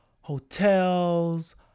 hotels